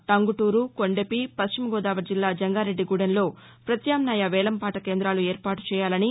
టంగుటూరు కొండెపి పశ్చిమగోదావరి జిల్లా ను జంగారెడ్డిగూడెంలో ప్రత్యామ్నాయ వేలంపాట కేంద్రాలు ఏర్పాటు చేయాలని